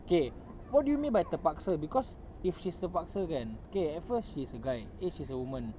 okay what do you mean by terpaksa because if she's terpaksa kan okay at first she's a guy eh she's a woman